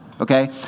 okay